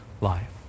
life